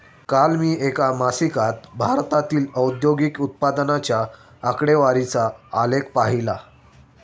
काल मी एका मासिकात भारतातील औद्योगिक उत्पन्नाच्या आकडेवारीचा आलेख पाहीला